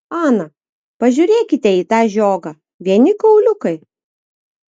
ana pažiūrėkite į tą žiogą vieni kauliukai